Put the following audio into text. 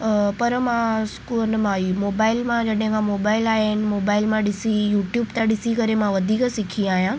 पर मां स्कु हुन मां ई मोबाइल मां जॾहिं खां मोबाइल आया आहिनि मोबाइल मां ॾिसी यूट्यूब था ॾिसी करे मां वधीक सिखी आहियां